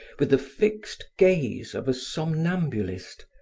with the fixed gaze of a somnambulist,